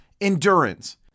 endurance